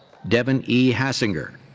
devin e. hassinger.